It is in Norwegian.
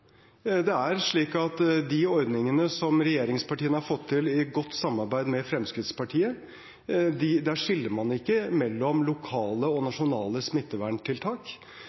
Det er slik at i de ordningene som regjeringspartiene har fått til i godt samarbeid med Fremskrittspartiet, skiller man ikke mellom lokale og nasjonale smitteverntiltak.